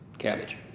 cabbage